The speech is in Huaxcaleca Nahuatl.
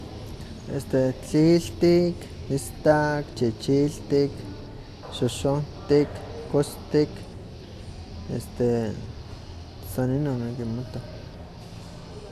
Este tliltik, istak, chichiltik, xoxohtik, kostik, este san inon nikinmato.